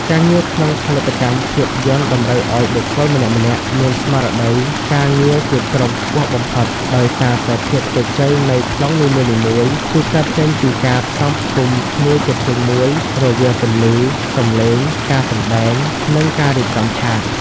ការងារក្នុងផលិតកម្មភាពយន្តតម្រូវឱ្យបុគ្គលម្នាក់ៗមានស្មារតីការងារជាក្រុមខ្ពស់បំផុត ដោយសារតែភាពជោគជ័យនៃប្លង់នីមួយៗគឺកើតចេញពីការផ្សំផ្គុំគ្នាជាធ្លុងមួយរវាងពន្លឺ សំឡេង ការសម្ដែង និងការរៀបចំឆាក។